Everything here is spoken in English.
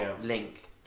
link